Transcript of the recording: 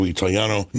Italiano